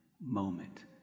moment